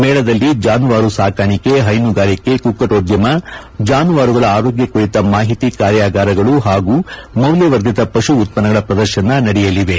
ಮೇಳದಲ್ಲಿ ಜಾನುವಾರು ಸಾಕಾಣಿಕೆ ಹೈನುಗಾರಿಕೆ ಕುಕ್ಕಟೋದ್ದಮ ಜಾನುವಾರುಗಳ ಆರೋಗ್ಯ ಕುರಿತ ಮಾಹಿತಿ ಕಾರ್ಯಾಗಾರಗಳು ಹಾಗೂ ಮೌಲ್ಲವರ್ಧಿತ ಪಶು ಉತ್ಪನ್ನಗಳ ಪ್ರದರ್ಶನ ನಡೆಯಲಿವೆ